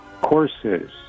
courses